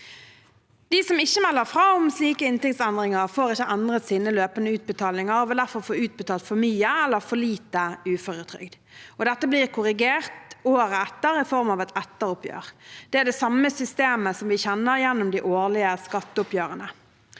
De som ikke melder fra om slike inntektsendringer, får ikke endret sine løpende utbetalinger og vil derfor få utbetalt for mye eller for lite uføretrygd. Dette blir korrigert året etter i form av et etteroppgjør. Det er det samme systemet som vi kjenner gjennom de årlige skatteoppgjørene.